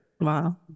Wow